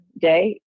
day